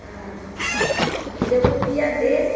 আর Debapriya দে